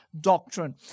doctrine